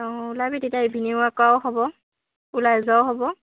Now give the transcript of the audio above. অঁ ওলাবি তেতিয়া ইভিনিং ৱাক কৰাও হ'ব ওলাই যোৱাও হ'ব